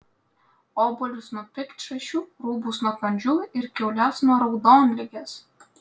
obuolius nuo piktšašių rūbus nuo kandžių ir kiaules nuo raudonligės